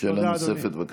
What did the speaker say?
שאלה נוספת, בבקשה.